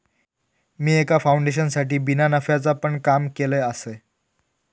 मी एका फाउंडेशनसाठी बिना नफ्याचा पण काम केलय आसय